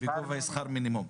בגובה שכר המינימום.